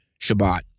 Shabbat